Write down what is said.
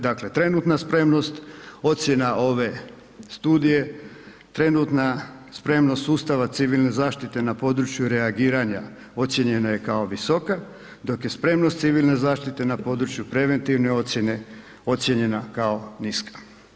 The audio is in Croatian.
Dakle, trenutna spremnost, ocjena ove studije, trenutna spremnost sustava civilne zaštite na području reagiranja, ocijenjena je kao visoka, dok je spremnost civilne zaštite na području preventivne ocjene, ocijenjena kao niska.